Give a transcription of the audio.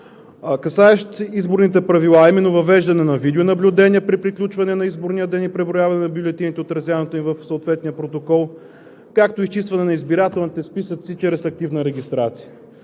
касаещ изборните правила, а именно въвеждане на видеонаблюдение при приключване на изборния ден и преброяване на бюлетините и отразяването им в съответния протокол, както и изчистване на избирателните списъци чрез активна регистрация.